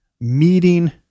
meeting